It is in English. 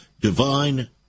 divine